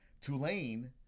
Tulane